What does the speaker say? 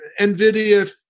NVIDIA